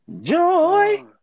joy